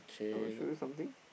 I will show you something